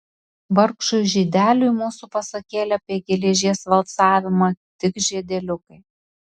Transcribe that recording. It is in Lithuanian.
vargšui žydeliui mūsų pasakėlė apie geležies valcavimą tik žiedeliukai